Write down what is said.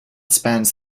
spans